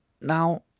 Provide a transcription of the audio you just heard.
Now